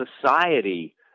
society